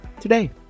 today